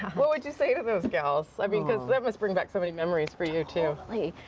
what would you say those gals? i mean because that must bring back so many memories for you too.